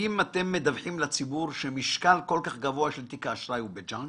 האם אתם מדווחים לציבור שמשקל כל כך גבוה של תיק האשראי הוא בג'נק?